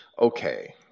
Okay